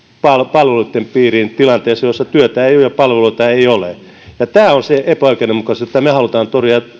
palveluitten piiriin tilanteessa jossa työtä ei ole ja palveluita ei ole tämä on se epäoikeudenmukaisuus jota me haluamme torjua